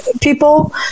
people